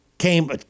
came